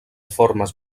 formes